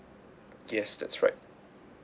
yes that's right